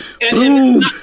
Boom